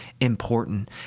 important